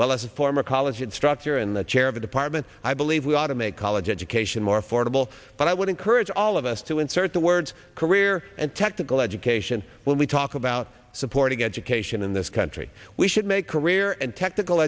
well as a former college instructor and the chair of a department i believe we ought to make college education more affordable but i would encourage all of us to insert the words career and technical education when we talk about supporting education in this country we should make career and technical